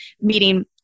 meeting